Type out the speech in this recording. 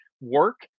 work